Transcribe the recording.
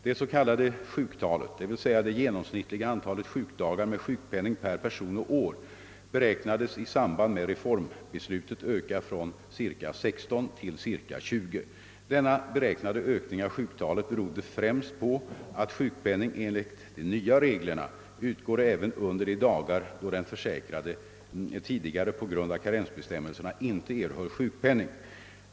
Det s.k. sjuktalet — d. v. s. det genomsnittliga antalet sjukdagar med sjukpenning per person och år — beräknades i samband med reformbeslutet öka från cirka 16 till cirka 20. Denna beräknade ökning av sjuktalet berodde främst på att sjukpenning enligt de nya reglerna utgår även under de dagar då den försäkrade tidigare på grund av karensbestämmelserna inte erhöll sjukpenning.